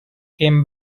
came